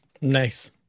Nice